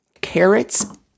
carrots